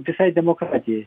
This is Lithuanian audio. visai demokratijai